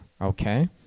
okay